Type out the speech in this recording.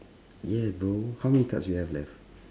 yeah bro how many cards you have left